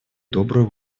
добрую